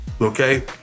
Okay